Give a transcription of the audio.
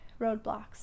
roadblocks